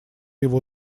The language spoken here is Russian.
его